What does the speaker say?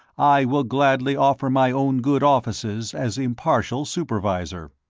i will gladly offer my own good offices as impartial supervisor.